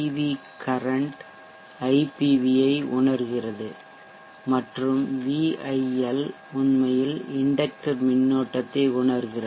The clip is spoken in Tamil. வி கரன்ட் IPV ஐ உணர்கிறது மற்றும் VIL விஐஎல் உண்மையில் இண்டெக்ட்டர் மின்னோட்டத்தை உணர்கிறது